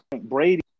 Brady